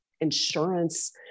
insurance